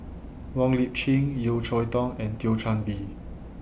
Wong Lip Chin Yeo Cheow Tong and Thio Chan Bee